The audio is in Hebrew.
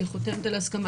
שכאשר שהיא חותמת על הסכמה,